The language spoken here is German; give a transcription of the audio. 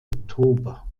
oktober